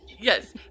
Yes